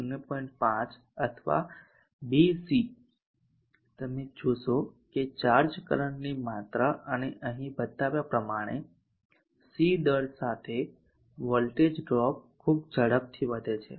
5 અથવા 2 C તમે જોશો કે ચાર્જ કરંટની માત્રા અને અહીં બતાવ્યા પ્રમાણે C દર સાથે વોલ્ટેજ ડ્રોપ ખૂબ ઝડપથી વધે છે